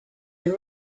have